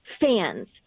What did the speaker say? Fans